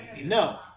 No